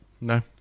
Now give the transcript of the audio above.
No